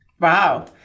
Wow